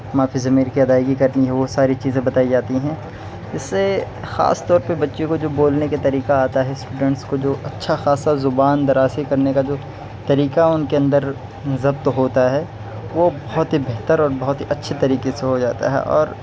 مافی الضمیر کی ادائیگی کرنی ہو وہ ساری چیزیں بتائی جاتی ہیں اس سے خاص طور پہ بچے کو جو بولنے کے طریقہ آتا ہے اسٹوڈنٹس کو جو اچھا خاصہ زبان درازی کرنے کا جو طریقہ ان کے اندر ضبط ہوتا ہے وہ بہت ہی بہتر اور بہت ہی اچھے طریقے سے ہو جاتا ہے اور